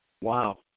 Wow